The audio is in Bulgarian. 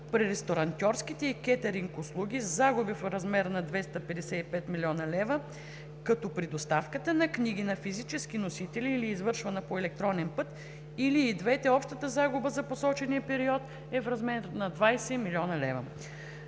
при ресторантьорските и кетъринг услуги – загуби в размер на 255 млн. лв., като при доставката на книги на физически носители или извършвана по електронен път, или и двете общата загуба за посочения период е в размер на 20 млн. лв.